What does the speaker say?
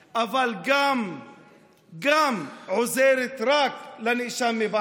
אבל גם עוזר רק לנאשם מבלפור.